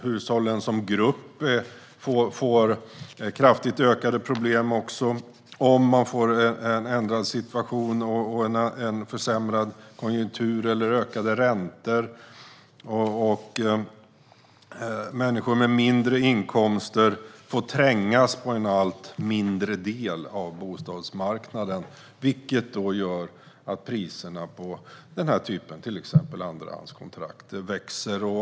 Hushållen som grupp får kraftigt ökade problem om vi får en ändrad situation i form av försämrad konjunktur eller ökade räntor. Människor med mindre inkomster får trängas på en allt mindre del av bostadsmarknaden, vilket gör att priserna på till exempel andrahandskontrakt ökar.